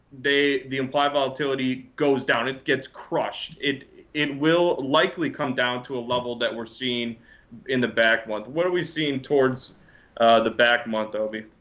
the implied volatility goes down. it gets crushed. it it will likely come down to a level that we're seeing in the back month. what are we seeing towards the back month, obie?